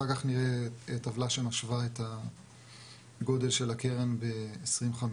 אחר כך נראה טבלה שמשווה את הגודל של הקרן ב-2050.